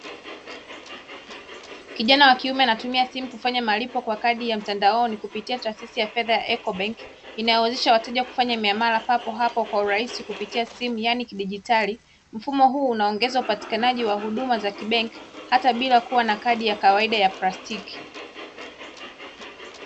Kijana wa kiume anatumia simu kufanya malipo kwa kadi ya mtandaoni kupitia taasisi ya fedha ya Ecobank, inayowezesha wateja kufanya miamala papo hapo kwa urahisi kupitia simu yani kidijitali. Mfumo huu unaongeza upatanikanaji wa huduma za kibenki hata bila ya kuwa na kadi ya kawaida ya plastiki.